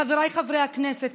חבריי חברי הכנסת,